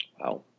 Wow